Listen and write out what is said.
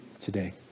today